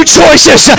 choices